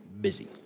busy